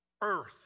earth